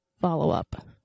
follow-up